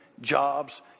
jobs